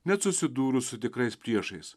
net susidūrus su tikrais priešais